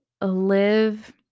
live